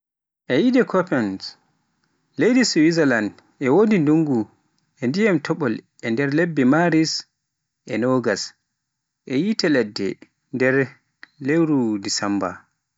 E wiyde Koppens leydi swizalan, e wodi ndungu e dyiman topol e nder lebbe Maris e Agusta e yiite ladde nder lewru Desemba.